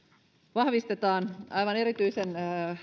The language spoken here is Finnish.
vahvistetaan aivan erityisen